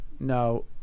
No